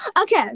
okay